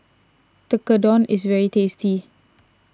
Tekkadon is very tasty